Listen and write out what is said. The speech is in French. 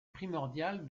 primordial